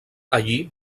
allí